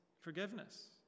forgiveness